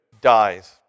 dies